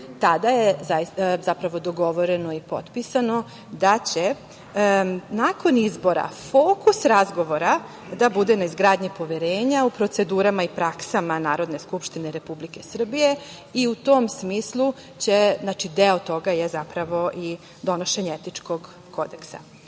Tada je zapravo dogovoreno i potpisano da će nakon izbora fokus razgovora da bude na izgradnji poverenja u procedurama i praksama Narodne skupštine Republike Srbije i u tom smislu je deo toga zapravo i donošenje etičkog kodeksa. Kao